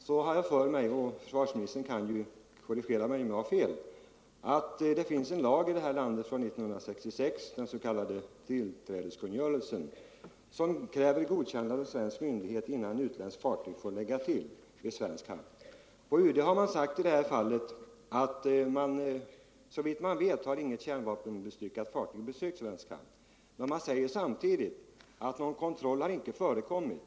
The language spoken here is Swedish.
Jag har för mig — och försvarsministern kan ju korrigera mig om jag har fel — att det finns en lag här i landet från 1966, den s.k. tillträdeskungörelsen, som kräver godkännande av svensk myndighet innan utländskt fartyg får lägga till i svensk hamn. På UD har man sagt att såvitt man vet har inget kärnvapenbestyckat fartyg besökt svensk hamn, men man säger samtidigt att någon kontroll inte har förekommit.